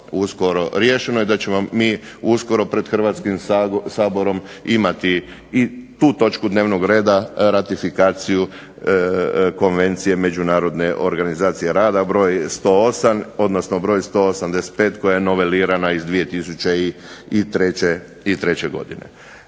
uskoro riješeno i da ćemo mi uskoro pred Hrvatskim saborom imati i tu točku dnevnog reda, ratifikaciju konvencije Međunarodne organizacije rada broj 108, odnosno broj 185 koja je novelirana iz 2003. godine.